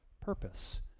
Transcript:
purpose